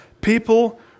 People